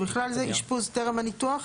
ובכלל זה אשפוז טרם הניתוח,